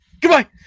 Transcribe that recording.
goodbye